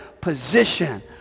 Position